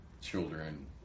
children